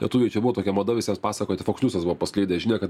lietuviai čia buvo tokia mada visiems pasakoti foksniusas buvo paskleidę žinią kad